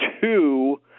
two